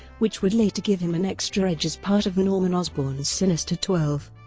which would later give him an extra edge as part of norman osborn's sinister twelve.